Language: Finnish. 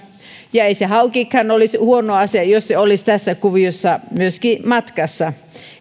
ei sekään olisi huono asia jos myöskin hauki olisi tässä kuviossa matkassa